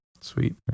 sweet